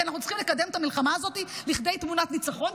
כי אנחנו צריכים לקדם את המלחמה הזאת לכדי תמונת ניצחון,